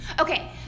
Okay